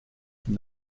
from